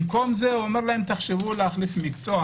במקום זה אומר להם: תחשבו להחליף מקצוע